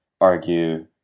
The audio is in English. argue